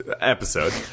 episode